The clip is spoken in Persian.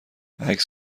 عکس